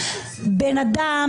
אדם,